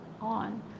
on